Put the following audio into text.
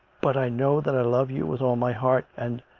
but i know that i love you with all my heart. and.